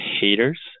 haters